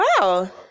Wow